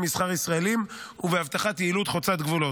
מסחר ישראלים ובהבטחת יעילות חוצת גבולות.